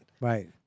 Right